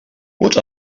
what